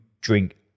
drink